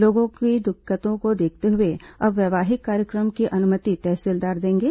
लोगों की दिक्कतों को देखते हुए अब वैवाहिक कार्यक्रम की अनुमति तहसीलदार देंगे